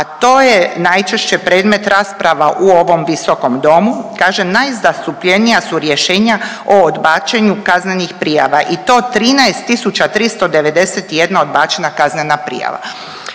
a to je najčešće predmet rasprava u ovom visokom Domu. Kaže, najzastupljenija su rješenja o odbačenju kaznenih prijava i to 13 391 odbačena kaznena prijava.